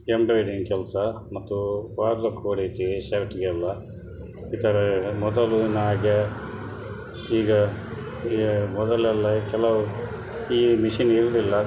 embroidering ಕೆಲಸ ಮತ್ತು ಹೊಲಿತೀವಿ ಶರ್ಟಿಗೆಲ್ಲ ಈ ಥರ ಮೊದಲಿನ್ಹಾಗೆ ಈಗ ಈ ಮೊದಲೆಲ್ಲ ಕೆಲವು ಈ ಮಿಷಿನ್ ಇರಲಿಲ್ಲ